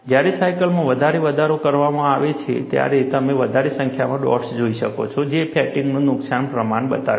જ્યારે સાયકલમાં વધારે વધારો કરવામાં આવે છે ત્યારે તમે વધારે સંખ્યામાં ડોટ્સ જોઈ શકો છો જે ફેટિગને નુકસાનનું પ્રમાણ બતાવે છે